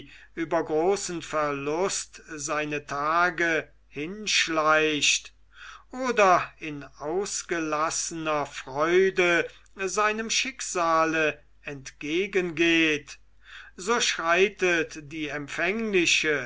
über den großen verlust seine tage hinschleicht oder in ausgelassener freude seinem schicksale entgegengeht so schreitet die